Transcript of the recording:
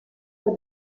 für